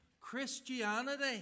Christianity